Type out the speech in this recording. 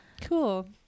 Cool